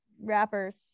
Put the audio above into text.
rappers